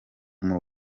muri